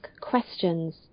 questions